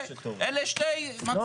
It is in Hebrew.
אלה שתי מצגות סותרות.